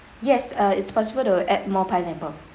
yes uh it's possible to add more pineapple